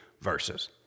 verses